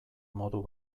modu